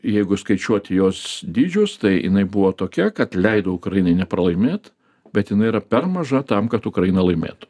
jeigu skaičiuoti jos dydžius tai jinai buvo tokia kad leido ukrainai nepralaimėt bet jinai yra per maža tam kad ukraina laimėtų